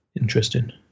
Interesting